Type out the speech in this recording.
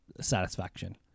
satisfaction